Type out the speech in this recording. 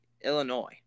Illinois